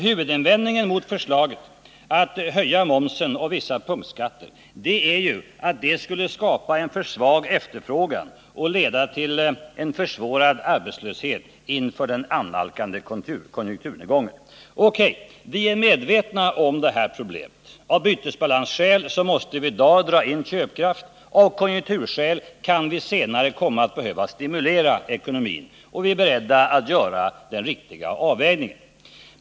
Huvudinvändningen mot förslaget att höja momsen och vissa punktskatter är ju att detta skulle skapa en för svag efterfrågan och leda till en försvårad arbetslöshet inför den annalkande konjunkturnedgången. O.K. Vi är medvetna om det här problemet. Av bytesbalansskäl måste vi i dag dra in köpkraft. Av konjunkturskäl kan vi senare komma att behöva stimulera ekonomin. Vi är beredda att göra den riktiga avvägningen.